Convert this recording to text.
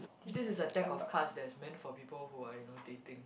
this is a deck of cards that's meant for people who are you know dating